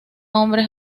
hombres